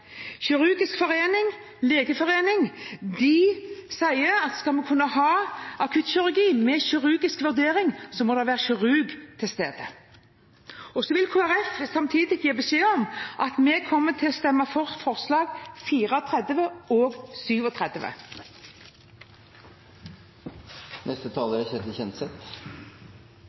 kirurgisk forening og Legeforeningen sier at skal en kunne ha akuttkirurgi med kirurgisk vurdering, må det være en kirurg til stede. Kristelig Folkeparti vil samtidig gi beskjed om at vi kommer til å stemme for forslagene nr. 34 og